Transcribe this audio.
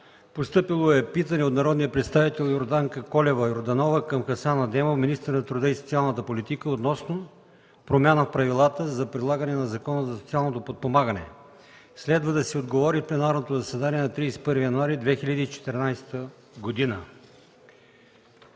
Постъпило е питане от народния представител Йорданка Колева Йорданова към Хасан Адемов – министър на труда и социалната политика, относно промяна в правилата за прилагане на Закона за социалното подпомагане. Следва да се отговори в пленарното заседание на 31 януари 2014 г.